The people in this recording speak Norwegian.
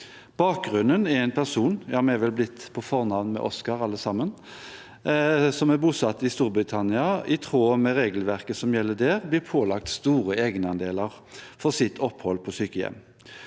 fornavn med Oscar – som er bosatt i Storbritannia, og som i tråd med regelverket som gjelder der, blir pålagt store egenandeler for sitt opphold på sykehjem.